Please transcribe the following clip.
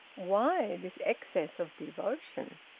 why this excess of devotion?